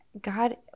God